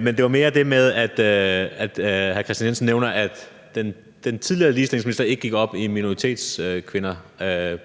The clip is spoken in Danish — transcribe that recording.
men det var mere det med, at hr. Kristian Jensen nævner, at den tidligere ligestillingsminister ikke gik op i minoritetskvinder